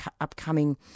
upcoming